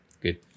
Good